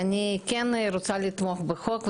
ואני רוצה לתמוך בחוק.